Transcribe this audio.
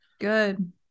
Good